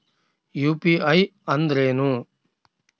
UPI ಅಂದ್ರೇನು?